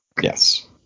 Yes